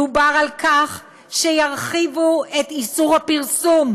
דובר על כך שירחיבו את איסור הפרסום,